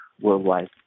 worldwide